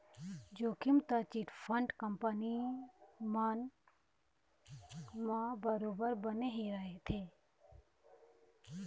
जोखिम तो chit fund company मन म बरोबर बने ही रहिथे